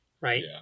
Right